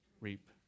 reap